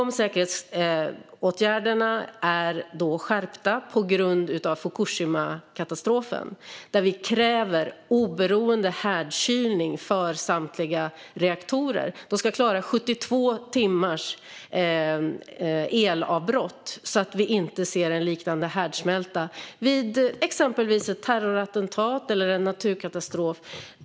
Säkerhetsåtgärderna är skärpta på grund av Fukushimakatastrofen. Vi kräver oberoende härdkylning för samtliga reaktorer. De ska klara 72 timmars elavbrott så att vi inte ser en liknande härdsmälta vid exempelvis ett terrorattentat eller en naturkatastrof.